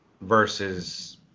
Versus